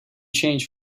change